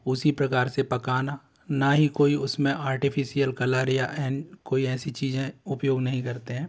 उसी प्रकार से पकाना ना ही कोई उसमें आर्टिफिशियल कलर या एन कोई ऐसी चीज़ें उपयोग नहीं करते हैं